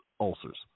ulcers